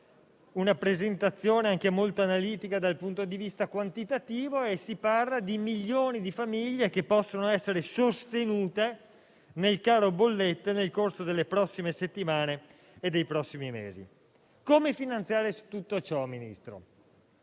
una presentazione, anche molto analitica dal punto di vista quantitativo, che parla di milioni di famiglie che possono essere sostenute nel caro bollette nel corso delle prossime settimane e dei prossimi mesi. Come finanziare tutto ciò, Ministro?